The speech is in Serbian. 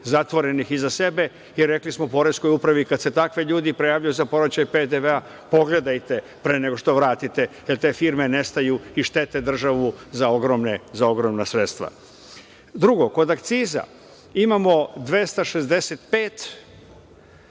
zatvorenih iza sebe i rekli smo Poreskoj upravi kada se takvi ljudi prijavljuju za povraćaj PDV-a – pogledajte pre nego što vratite jer te firme nestaju i štete državu za ogromna sredstva. Drugo, kod akciza imamo 265